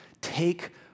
take